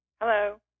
Hello